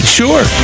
sure